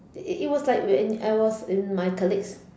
it it was like we are in I was with in my colleagues